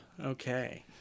Okay